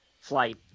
Flight